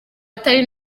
atari